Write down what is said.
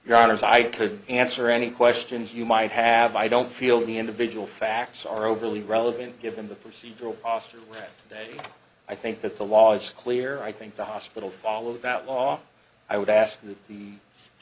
your honor so i could answer any questions you might have i don't feel the individual facts are overly relevant given the procedural posture today i think that the law's clear i think the hospital followed that law i would ask that the